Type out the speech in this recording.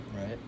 Right